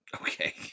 Okay